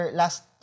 last